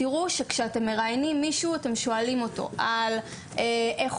תראו שכשאתם מראיינים מישהו אתם שואלים אותו על איך